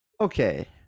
okay